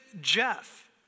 Jeff